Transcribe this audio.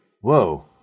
whoa